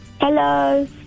Hello